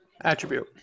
attribute